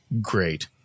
Great